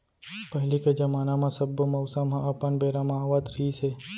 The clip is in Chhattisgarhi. पहिली के जमाना म सब्बो मउसम ह अपन बेरा म आवत रिहिस हे